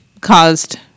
caused